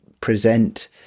present